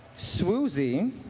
swoozie